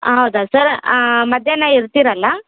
ಹೌದಾ ಸರ್ ಮಧ್ಯಾಹ್ನಇರ್ತೀರಲ್ಲಾ